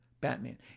Batman